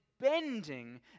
bending